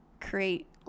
create